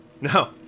No